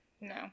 No